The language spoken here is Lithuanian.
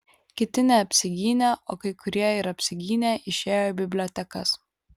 kiti neapsigynę o kai kurie ir apsigynę išėjo į bibliotekas